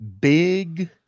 Big